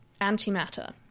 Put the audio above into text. antimatter